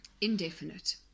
indefinite